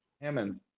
Hammond